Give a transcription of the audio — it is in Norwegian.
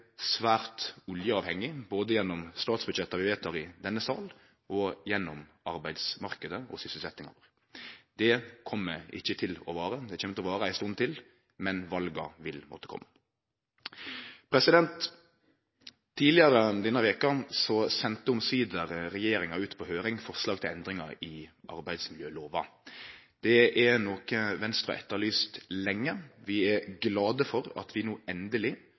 svært oljeavhengig, både gjennom statsbudsjetta vi vedtek i denne salen, og gjennom arbeidsmarknaden og sysselsetjinga vår. Det kjem ikkje til å vare; det kjem til å vare ei stund til, men vala vil måtte kome. Tidlegare denne veka sende omsider regjeringa ut på høyring forslag til endringar i arbeidsmiljølova. Det er noko Venstre har etterlyst lenge. Vi er glade for at vi no